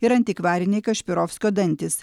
ir antikvariniai kašpirovskio dantys